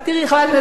חברת הכנסת זוארץ,